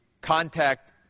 contact